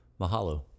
Mahalo